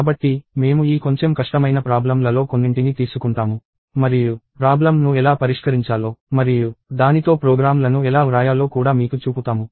కాబట్టి మేము ఈ కొంచెం కష్టమైన ప్రాబ్లమ్ లలో కొన్నింటిని తీసుకుంటాము మరియు ప్రాబ్లమ్ ను ఎలా పరిష్కరించాలో మరియు దానితో ప్రోగ్రామ్లను ఎలా వ్రాయాలో కూడా మీకు చూపుతాము